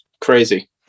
crazy